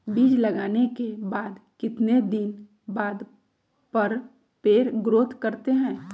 बीज लगाने के बाद कितने दिन बाद पर पेड़ ग्रोथ करते हैं?